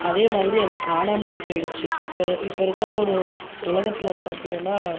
அதே மாதிரி அது காணாமலே போயிடுச்சு இப்போ இருக்கிற ஒரு உலகத்தில் பார்த்தீங்கனா